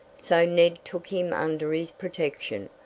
so ned took him under his protection,